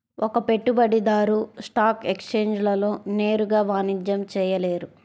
ఒక పెట్టుబడిదారు స్టాక్ ఎక్స్ఛేంజ్లలో నేరుగా వాణిజ్యం చేయలేరు